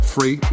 Free